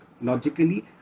logically